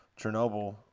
Chernobyl